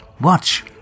Watch